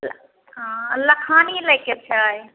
ने हँ लखानी लैके छै